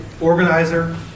organizer